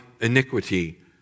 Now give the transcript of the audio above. iniquity